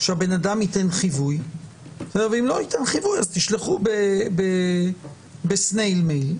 הוא ייתן חיווי ואם לא ייתן חיווי תשלחו בסנייל מייל.